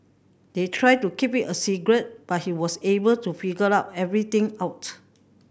they tried to keep it a secret but he was able to figure out everything out